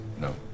no